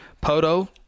Poto